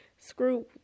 Screw